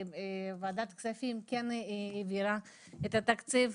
לפעמים היא מגיעה לגיל 18 והיא נזכרת.